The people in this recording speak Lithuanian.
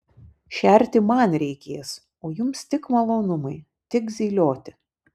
šerti man reikės o jums tik malonumai tik zylioti